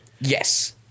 yes